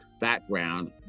background